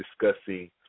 discussing